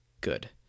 good